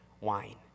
wine